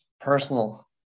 personal